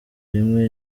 rimwe